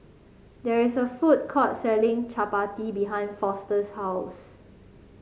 there is a food court selling chappati behind Foster's house